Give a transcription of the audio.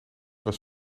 was